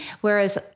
whereas